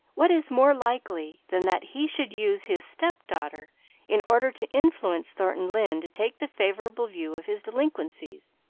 what is more likely than that he should use his step-daughter in order to influence thornton lyne to take the favourable view of his delinquencies?